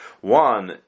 One